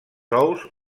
ous